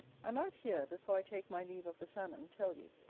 i might here, before i take my leave of the salmon, tell you,